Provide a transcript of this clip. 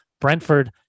Brentford